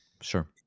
sure